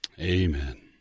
Amen